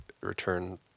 return